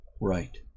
right